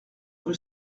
rue